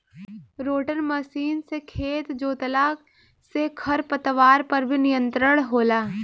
rotor machine से खेत जोतला से खर पतवार पर भी नियंत्रण होला